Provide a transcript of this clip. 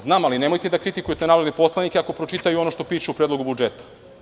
Znam, ali nemojte da kritikujete narodne poslanike ako pročitaju ono što piše u predlogu budžeta.